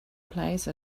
palace